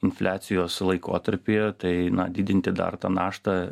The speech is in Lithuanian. infliacijos laikotarpyje tai didinti dar tą naštą